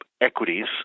equities